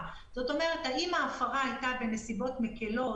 האם ההפרה הייתה בנסיבות שגרמו לסכנה